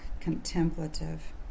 contemplative